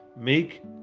Make